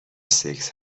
سکس